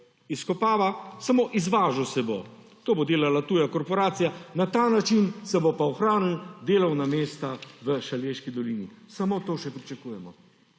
izkopava, samo izvažal se bo. To bo delala tuja korporacija, na ta način se bo pa ohranilo delovna mesta v Šaleški dolini. Samo to še pričakujemo.